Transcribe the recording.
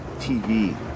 TV